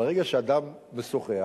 ברגע שאדם משוחח,